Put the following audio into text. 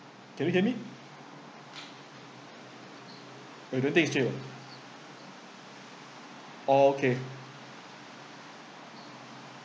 can you get me oh you don't think is here okay